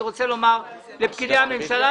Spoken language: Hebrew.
אני רוצה לומר לפקידי הממשלה,